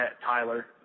Tyler